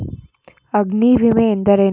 ಅಗ್ನಿವಿಮೆ ಎಂದರೇನು?